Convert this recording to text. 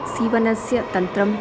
सीवनस्य तन्त्रम्